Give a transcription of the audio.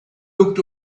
looked